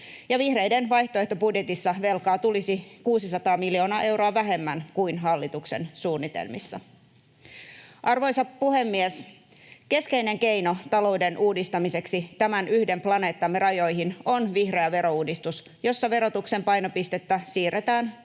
vihreiden vaihtoehtobudjetissa velkaa tulisi 600 miljoonaa euroa vähemmän kuin hallituksen suunnitelmissa. Arvoisa puhemies! Keskeinen keino talouden uudistamiseksi tämän yhden planeettamme rajoihin on vihreä verouudistus, jossa verotuksen painopistettä siirretään työn